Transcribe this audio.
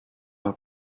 leur